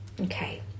Okay